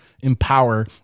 empower